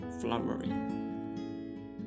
Flowering